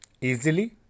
easily